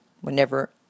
whenever